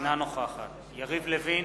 אינה נוכחת יריב לוין,